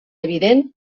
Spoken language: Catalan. evident